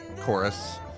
chorus